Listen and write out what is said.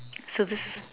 so this